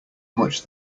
much